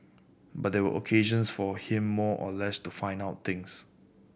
but they were occasions for him more or less to find out things